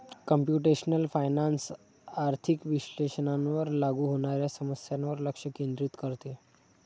computational finance आर्थिक विश्लेषणावर लागू होणाऱ्या समस्यांवर लक्ष केंद्रित करते